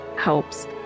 helps